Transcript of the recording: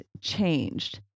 changed